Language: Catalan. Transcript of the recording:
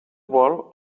vol